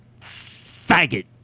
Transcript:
faggot